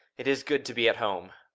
it is good to be at home!